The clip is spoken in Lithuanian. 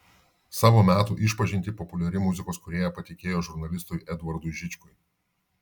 savo metų išpažintį populiari muzikos kūrėja patikėjo žurnalistui edvardui žičkui